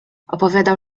opowiadał